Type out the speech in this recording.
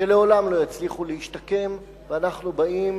שלעולם לא יצליחו להשתקם, ואנחנו באים